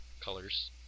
colors